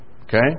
Okay